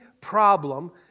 problem